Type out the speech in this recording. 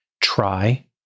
Try